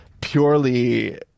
purely